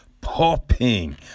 popping